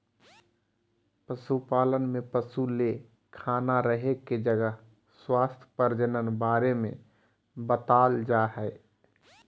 पशुपालन में पशु ले खाना रहे के जगह स्वास्थ्य प्रजनन बारे में बताल जाय हइ